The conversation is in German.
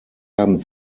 haben